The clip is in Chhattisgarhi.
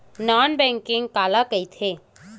नॉन बैंकिंग काला कइथे?